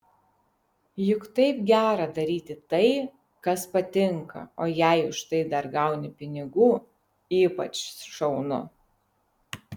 juk taip gera daryti tai kas patinka o jei už tai dar gauni pinigų ypač šaunu